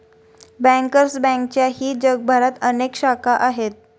bankers बँकेच्याही जगभरात अनेक शाखा आहेत